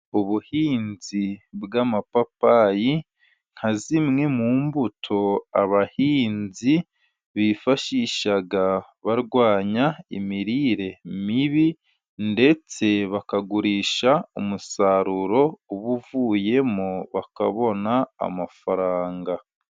Ubuhinzi bw'amapapayi, nka zimwe mu mbuto abahinzi bifashisha barwanya imirire mibi, ndetse bakagurisha umusaruro uba uvuyemo, bakabona amafaranga.